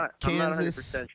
Kansas –